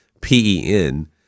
P-E-N-